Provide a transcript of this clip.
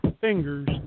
fingers